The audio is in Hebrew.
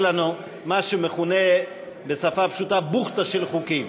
לנו מה שמכונה בשפה פשוטה בוחטה של חוקים.